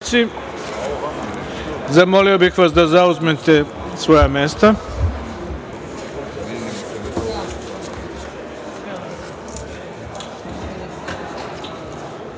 zamolio bih vas da zauzmete svoja mesta. Pre